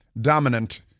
dominant